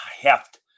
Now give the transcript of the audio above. heft